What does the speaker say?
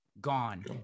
gone